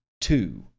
two